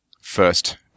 first